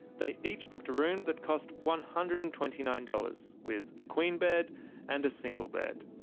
they each booked a room that cost one hundred and twenty nine dollars, with a queen bed and a single bed.